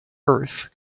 earth